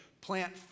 plant